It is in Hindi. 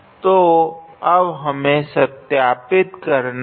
तो अब हमें सत्यापित करना है